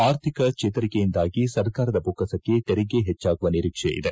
ಆರ್ಥಿಕ ಚೇತರಿಕೆಯಿಂದಾಗಿ ಸರ್ಕಾರದ ಬೊಕ್ಕಸಕ್ಕೆ ತೆರಿಗೆ ಹೆಚ್ಚಾಗುವ ನಿರೀಕ್ಷೆ ಇದೆ